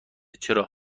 چرا